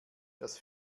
das